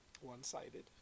one-sided